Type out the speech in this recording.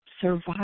survive